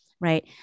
right